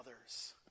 others